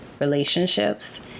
relationships